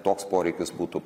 toks poreikis būtų